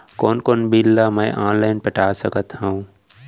कोन कोन बिल ला मैं ऑनलाइन पटा सकत हव?